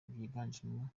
byiganjemo